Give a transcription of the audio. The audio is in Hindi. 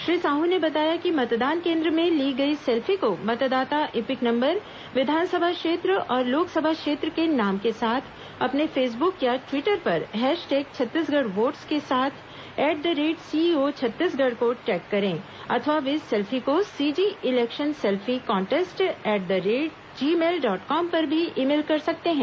श्री साहू ने बताया कि मतदान केन्द्र में ली गई सेल्फी को मतदाता ईपिक नंबर विधानसभा क्षेत्र और लोकसभा क्षेत्र के नाम के साथ अपने फेसबुक या ट्वीटर पर हैश टैग छत्तीसगढ़ वोट्स के साथ at the rate CEO Chhattisgarh को टैग करें अथवा वे सेल्फी को CG election selfie contest at the rate Gmail dot com पर भी ईमेल कर सकते हैं